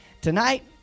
Tonight